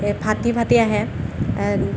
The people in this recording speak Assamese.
ফাটি ফাটি আহে